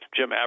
Jim